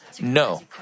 No